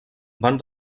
van